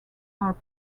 are